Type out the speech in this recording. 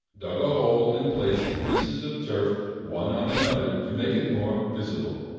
dug a hole and placed pieces of turf one on another to make it more visible.